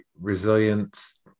resilience